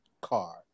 car